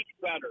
better